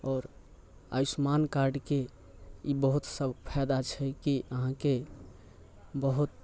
आओर आयुष्मान कार्डके ई बहुत सभ फायदा छै कि अहाँके बहुत